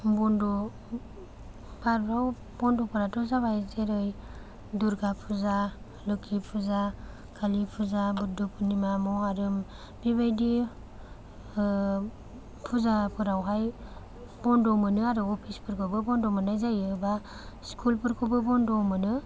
बन्द' भारतआव बन्द'फोराथ' जाबाय जेरै दुरगा फुजा लोक्षि फुजा कालि फुजा बुद्द' पुर्णिमा महराम बेबायदि फुजाफोरावहाय बन्द' मोनो आरो अफिसफोरबाबो बन्द' मोन्नाय जायो बा स्कुलफोरखौबो बन्द' मोनो